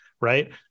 right